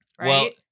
right